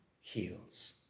heals